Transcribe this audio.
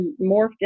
morphed